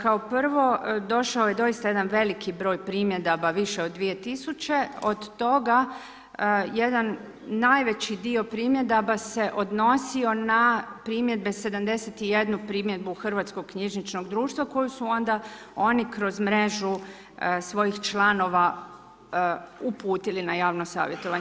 Kao prvo, došao je doista jedan veliki broj primjedaba, više od 2000, od toga jedan najveći dio primjedaba se odnosi na primjedbe, 71 primjedbu Hrvatskog knjižničkog društva koji su onda oni kroz mrežu svojih članova uputili na javno savjetovanje.